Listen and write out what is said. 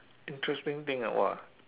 interesting thing ah !wah!